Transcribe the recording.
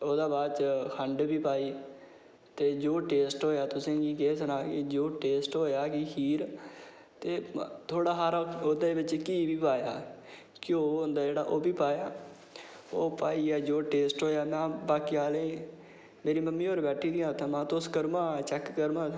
ते ओह्दे बाद च खंड बी पाई ते जो टेस्ट होआ केह् सनां जो होआ टेस्ट खीर ते थोह्ड़ा हारा ओह्दे च घ्यो बी पाया घ्यो होंदा जेह्ड़ा ओह्बी पाया ओह् पाइयै जो टेस्ट होआ ना बाकी आह्ले मेरी मम्मी होर बैठी दियां हियां उत्थें में हा तुस करी लैओ हा चैक